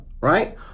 Right